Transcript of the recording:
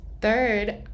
Third